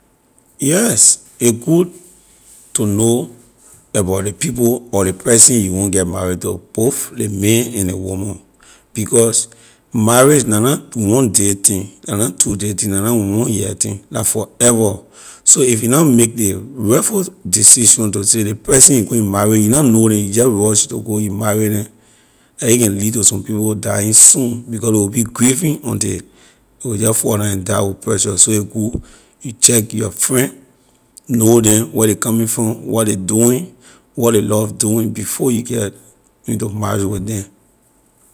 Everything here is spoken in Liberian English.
Yes a good to know about ley people or ley person you want get marry to both ley man and ley woman because marriage la na one day thing la na two day thing la na one year thing la forever so if you na make ley rightful decision to say ley person you going marry you na know neh you jeh rush to go you marry neh la a can lead to some people dying soon because ley will be grieving until ley will jeh fall down and die with pressure so a good you check your friend know them where ley coming from what ley doing what ley love doing before you get into marriage with them.